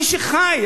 מי שחי,